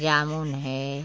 जामुन है